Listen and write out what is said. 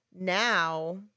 Now